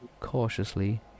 cautiously